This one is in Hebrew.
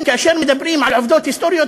כאשר מדברים על עובדות היסטוריות,